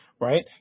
Right